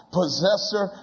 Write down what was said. possessor